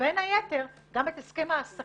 בין היתר גם את הסכם העסקה.